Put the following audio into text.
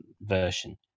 version